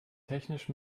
technisch